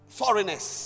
foreigners